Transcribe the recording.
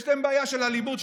יש להם בעיה של אלימות,